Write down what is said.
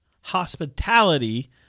hospitality